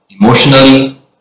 emotionally